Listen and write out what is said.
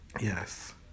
Yes